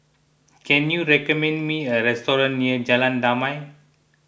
can you recommend me a restaurant near Jalan Damai